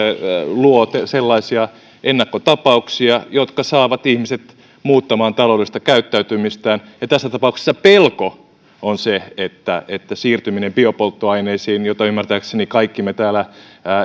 luo sellaisia ennakkotapauksia jotka saavat ihmiset muuttamaan taloudellista käyttäytymistään tässä tapauksessa pelko on se että että siirtyminen biopolttoaineisiin mitä ymmärtääkseni kaikki me täällä